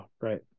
right